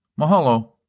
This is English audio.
Mahalo